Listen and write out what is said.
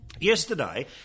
yesterday